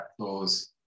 clause